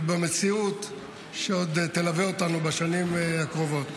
ובמציאות שעוד תלווה אותנו בשנים הקרובות.